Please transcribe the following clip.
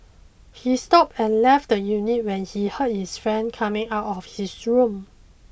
he stopped and left the unit when he heard his friend coming out of his room